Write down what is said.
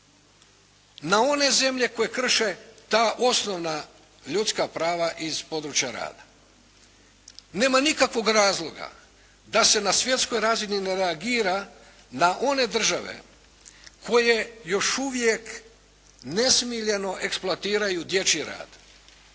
na one zemlje koje krše ta osnovna ljudska prava iz područja rada. Nema nikakvog razloga da se na svjetskoj razini ne reagira na one države koje još uvijek nesmiljeno eksploatiraju dječji rad.